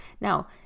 Now